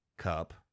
Cup